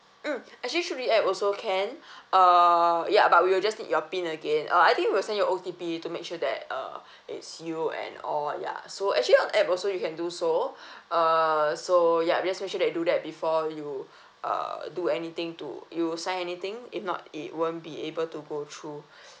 mm actually through the app also can uh ya but we will just need your pin again uh I think we will send you O_T_P to make sure that uh it's you and all ya so actually on the app also you can do so uh so ya do that before you uh do anything to you sign anything if not it won't be able to go through